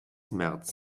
märz